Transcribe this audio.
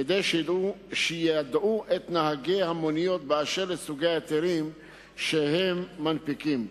כדי שיידעו את נהגי המוניות באשר לסוגי ההיתרים שהם מנפיקים.